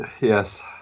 yes